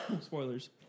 spoilers